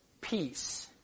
peace